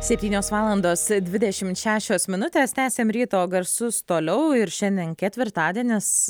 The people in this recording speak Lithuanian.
septynios valandos dvidešimt šešios minutės tęsiam ryto garsus toliau ir šiandien ketvirtadienis